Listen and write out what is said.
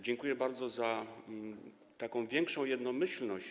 Dziękuję bardzo za taką większą jednomyślność.